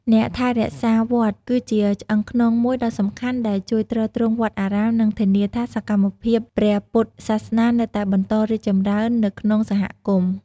អ្នកថែរក្សាវត្តគឺជាឆ្អឹងខ្នងមួយដ៏សំខាន់ដែលជួយទ្រទ្រង់វត្តអារាម និងធានាថាសកម្មភាពព្រះពុទ្ធសាសនានៅតែបន្តរីកចម្រើននៅក្នុងសហគមន៍។